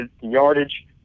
yardage